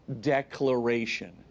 declaration